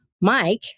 Mike